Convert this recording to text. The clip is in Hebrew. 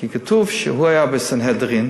כי כתוב שהוא היה בסנהדרין,